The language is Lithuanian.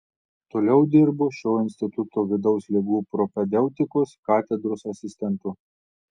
toliau dirbo šio instituto vidaus ligų propedeutikos katedros asistentu